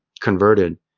converted